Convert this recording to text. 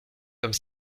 comme